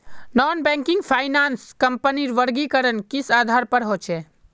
Non banking finance कंपनीर वर्गीकरण किस आधार पर होचे?